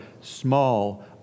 small